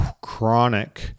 chronic